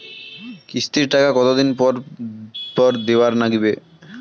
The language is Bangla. কিস্তির টাকা কতোদিন পর পর দিবার নাগিবে?